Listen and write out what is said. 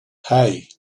hey